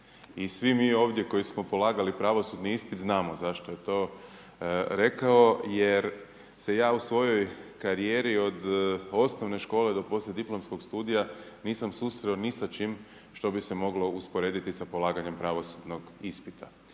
svi mi ovdje koji smo polagali pravosudni ispit znamo zašto je to rekao jer se ja u svojoj karijeri od osnovne škole do poslijediplomskog studija nisam susreo ni sa čim što bi se moglo usporediti sa polaganjem pravosudnog ispita.